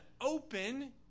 open